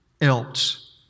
else